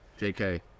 JK